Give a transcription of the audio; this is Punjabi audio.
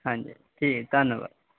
ਹਾਂਜੀ ਠੀਕ ਧੰਨਵਾਦ